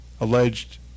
alleged